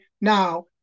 now